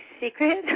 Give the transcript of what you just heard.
secret